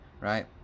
right